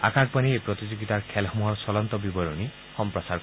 আকাশবাণীয়ে এই প্ৰতিযোগিতাৰ খেলসমূহৰ চলন্ত বিৱৰণী সম্প্ৰচাৰ কৰিব